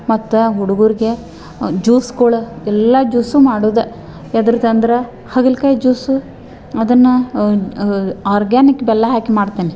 ಮತ್ತು ಹುಡ್ಗರ್ಗೆ ಜ್ಯೂಸ್ಗಳು ಎಲ್ಲ ಜ್ಯೂಸು ಮಾಡೋದೇ ಎದ್ರದ್ದು ಅಂದ್ರೆ ಹಾಗಲಕಾಯಿ ಜ್ಯೂಸು ಅದನ್ನು ಆರ್ಗ್ಯಾನಿಕ್ ಬೆಲ್ಲ ಹಾಕಿ ಮಾಡ್ತೀನಿ